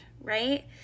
right